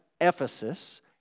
Ephesus